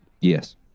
Yes